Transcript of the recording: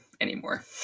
anymore